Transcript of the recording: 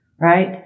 right